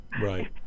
Right